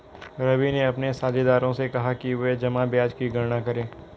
रवि ने अपने साझेदारों से कहा कि वे जमा ब्याज की गणना करें